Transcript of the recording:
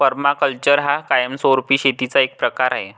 permaculture हा कायमस्वरूपी शेतीचा एक प्रकार आहे